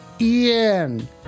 Ian